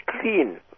clean